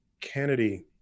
Kennedy